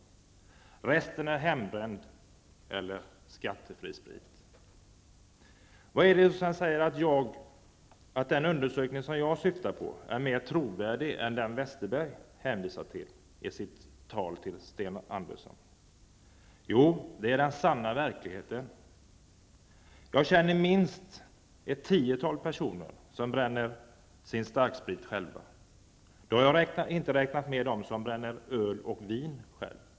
Resten är hembränt eller skattefri sprit. Vad är det som säger att den undersökning jag syftar på är mer trovärdig än den Westerberg hänvisar till i sitt tal till Sten Andersson? Jo, det är den sanna verkligheten. Jag känner minst ett tiotal personer som bränner sin starksprit själva. Då har jag inte räknat med dem som bränner öl och vin själva.